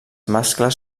mascles